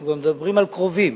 אנחנו מדברים על קרובים.